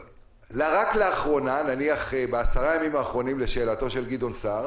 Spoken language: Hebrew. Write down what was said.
רק בעשרה ימים האחרונים לשאלתו של גדעון סער